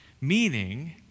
meaning